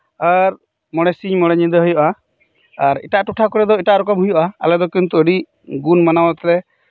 ᱟᱨ ᱢᱚᱬᱮ ᱥᱤᱧ ᱢᱚᱬᱮ ᱧᱤᱫᱟᱹ ᱦᱩᱭᱩᱜ ᱟᱨ ᱮᱴᱟᱜ ᱴᱚᱴᱷᱟ ᱠᱚᱨᱮ ᱫᱚ ᱮᱴᱟᱜ ᱨᱚᱠᱚᱢ ᱦᱩᱭᱩᱜᱼᱟ ᱟᱞᱮᱫᱚ ᱠᱤᱱᱛᱩ ᱟᱹᱰᱤ ᱜᱩᱱ ᱢᱟᱱᱟᱣ ᱟᱛᱮᱞᱮ